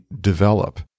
develop